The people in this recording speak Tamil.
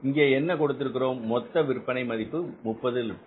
இங்கே என்ன கொடுத்திருக்கிறோம் மொத்த விற்பனை மதிப்பு என்பது 30 லட்சம்